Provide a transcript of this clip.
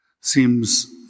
seems